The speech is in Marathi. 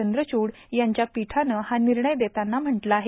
चंद्रचूड यांच्या पीठानं हा निर्णय देताना म्हटलं आहे